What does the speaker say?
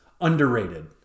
underrated